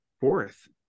fourth